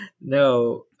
No